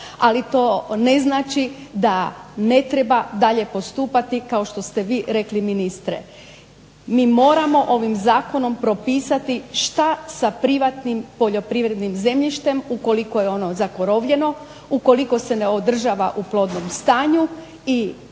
ali to ne znači da ne treba dalje postupati kao što ste vi rekli ministre. Mi moramo ovim zakonom propisati što sa privatnim poljoprivrednim zemljištem ukoliko je ono zakorovljeno, ukoliko se ne održava u plodnom stanju i